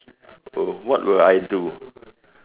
oh what will I do